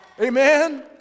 Amen